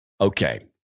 Okay